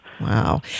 Wow